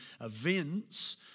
events